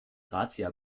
razzia